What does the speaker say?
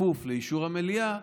בכפוף לאישור המליאה,